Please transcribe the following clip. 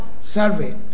survey